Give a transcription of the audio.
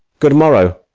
good morrow,